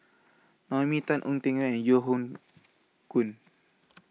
Naomi Tan Ong Tiong and Yeo Hoe Koon